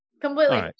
completely